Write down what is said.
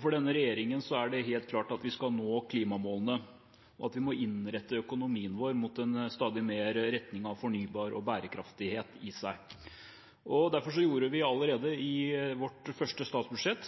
For denne regjeringen er det helt klart at vi skal nå klimamålene, og at vi må innrette økonomien vår i retning av å være mer fornybar og bærekraftig. Derfor gjorde vi allerede i vårt første statsbudsjett